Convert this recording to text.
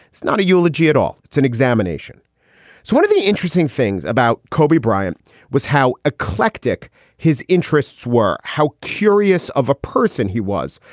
it's not a eulogy at all. it's an examination. so one of the interesting things about kobe bryant was how eclectic his interests were, how curious of a person he was.